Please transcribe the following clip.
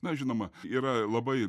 na žinoma yra labai